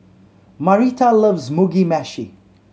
Marita loves Mugi Meshi